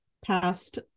past